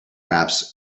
maps